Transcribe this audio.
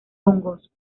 hongos